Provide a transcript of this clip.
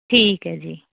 ਠੀਕ ਹੈ ਜੀ